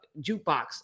jukebox